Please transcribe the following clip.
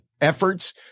efforts